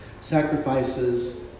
sacrifices